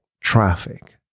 traffic